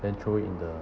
then throw it in the